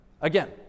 Again